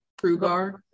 Trugar